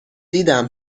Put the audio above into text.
دیدم